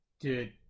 dude